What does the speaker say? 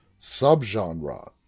subgenre